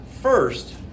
first